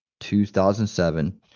2007